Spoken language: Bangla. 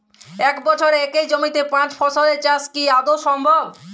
এক বছরে একই জমিতে পাঁচ ফসলের চাষ কি আদৌ সম্ভব?